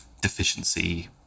deficiency